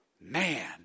man